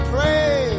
Pray